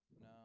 No